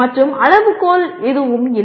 மற்றும் அளவுகோல் எதுவும் இல்லை